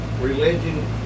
religion